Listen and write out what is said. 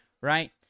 right